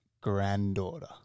granddaughter